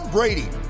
Brady